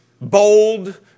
bold